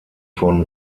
von